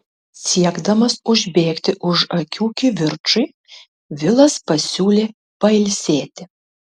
siekdamas užbėgti už akių kivirčui vilas pasiūlė pailsėti